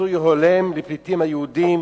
פיצוי הולם לפליטים היהודים,